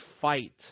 fight